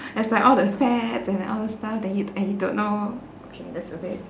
it's like all the fats and all those stuff then you and you don't know okay that's a bit